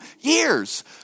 years